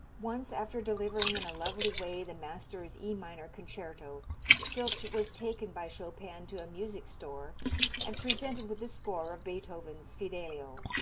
once after delivering in a lovely way the master's e minor concerto filtsch was taken by chopin to a music store and presented with the score of beethoven's fidelio.